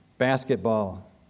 Basketball